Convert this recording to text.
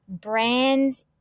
brands